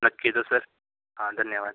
नक्की जसं हां धन्यवाद